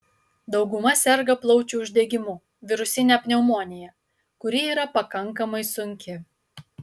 dauguma serga plaučių uždegimu virusine pneumonija kuri yra pakankamai sunki